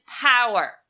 power